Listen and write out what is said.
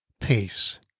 peace